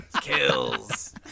kills